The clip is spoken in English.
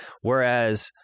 whereas